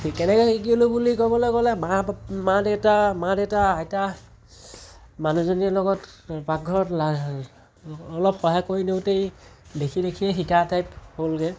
ঠিক কেনেকৈ শিকিলো বুলি ক'বলৈ গ'লে মা মা দেউতা মা দেউতা আইতা মানুহজনীৰ লগত পাকঘৰত অলপ সহায় কৰি দিওঁতেই দেখি দেখিয়েই শিকা টাইপ হ'লগৈ